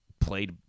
played